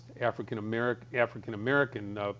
African-American